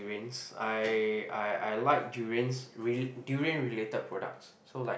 I means I I I like durians durian related products so like